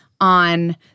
on